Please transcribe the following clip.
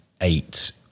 eight